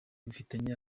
bifitanye